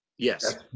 Yes